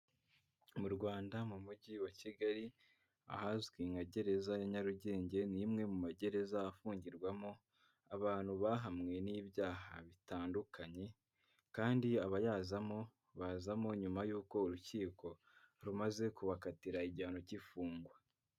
Mu rwanda mu mujyi wa kigali ahazwi nka gereza ya nyarugenge ni imwe mu magereza afungirwamo abantu bahamwe n'ibyaha bitandukanye kandi abayazamo bazamo nyuma y'uko urukiko rumaze kubakatira igihano cy'ifungwa.